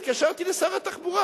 התקשרתי לשר התחבורה,